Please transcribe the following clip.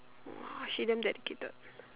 !wah! she damn dedicated